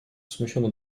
смущенно